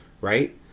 right